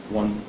one